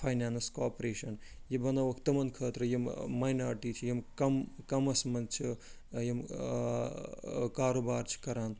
finance corporation یہِ بنٲوٕکھ تِمن خٲطرٕ یِم ماینارٹی چھِ یِم کَم کَمس منٛز چھِ یِم کاروبار چھِ کَران